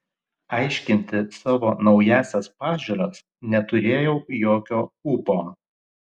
aiškinti savo naująsias pažiūras neturėjau jokio ūpo